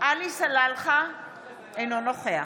בהצבעה עלי סלאלחה, אינו נוכח